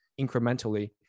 incrementally